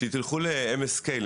כשתלכו ל-MSK,